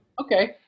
Okay